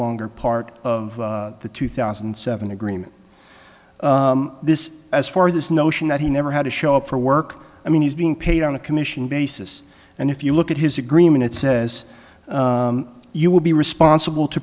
longer part of the two thousand and seven agreement this as far as this notion that he never had to show up for work i mean he's being paid on a commission basis and if you look at his agreement it says you will be responsible to